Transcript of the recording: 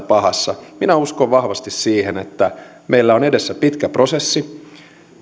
pahassa minä uskon vahvasti siihen että meillä on edessä pitkä prosessi